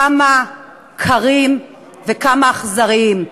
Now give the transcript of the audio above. כמה קרים וכמה אכזריים.